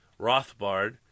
Rothbard